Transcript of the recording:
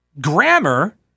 grammar